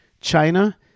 China